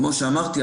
כמו שאמרתי,